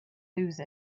lose